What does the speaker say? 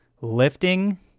Lifting